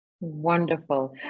Wonderful